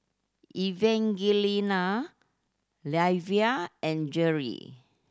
Evangelina Livia and Gerri